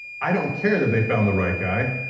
i don't care that they found the right guy.